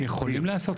הם יכולים לעשות,